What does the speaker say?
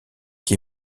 qui